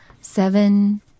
seven